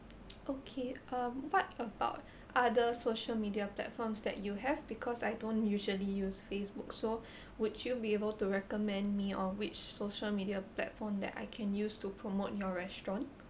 okay uh what about other social media platforms that you have because I don't usually use Facebook so would you be able to recommend me on which social media platform that I can use to promote your restaurant